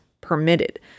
permitted